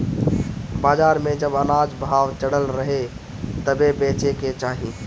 बाजार में जब अनाज भाव चढ़ल रहे तबे बेचे के चाही